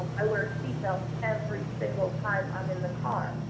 um i wear a seatbelt every single time i'm in the car,